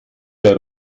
der